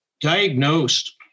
diagnosed